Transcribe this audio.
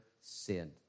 sin